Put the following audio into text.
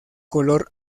color